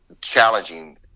challenging